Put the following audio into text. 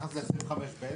ביחס ל-25ב?